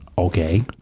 okay